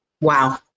Wow